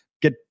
get